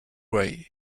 way